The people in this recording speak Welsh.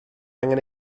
angen